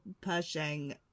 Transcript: Pershing